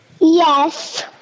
Yes